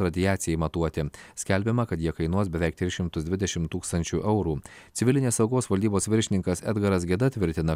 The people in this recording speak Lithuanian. radiacijai matuoti skelbiama kad jie kainuos beveik tris šimtus dvidešimt tūkstančių eurų civilinės saugos valdybos viršininkas edgaras geda tvirtina